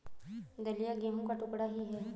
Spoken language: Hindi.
दलिया गेहूं का टुकड़ा ही है